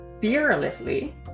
fearlessly